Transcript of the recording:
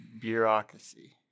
Bureaucracy